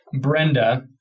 Brenda